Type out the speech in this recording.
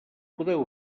podeu